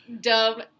dumb